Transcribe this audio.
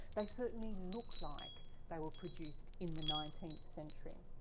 they certainly look like they were produced in the nineteenth century.